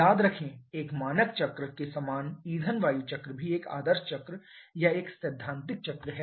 याद रखें एक मानक चक्र के समान ईंधन वायु चक्र भी एक आदर्श चक्र या एक सैद्धांतिक चक्र है